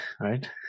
right